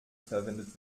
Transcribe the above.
verwendet